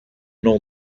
nom